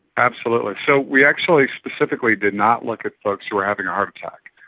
absolutely. so we actually specifically did not look at folks who were having a heart attack,